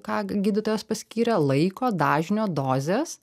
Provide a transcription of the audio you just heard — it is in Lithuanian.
ką g gydytojas paskyrė laiko dažnio dozės